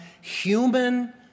human